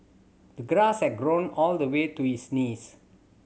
the grass had grown all the way to his knees